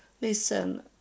listen